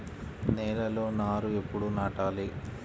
నేలలో నారు ఎప్పుడు నాటాలి?